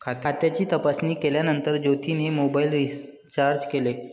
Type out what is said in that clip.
खात्याची तपासणी केल्यानंतर ज्योतीने मोबाइल रीचार्ज केले